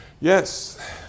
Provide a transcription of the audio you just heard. Yes